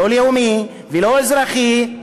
לא לאומי ולא אזרחי,